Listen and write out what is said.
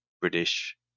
British